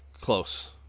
Close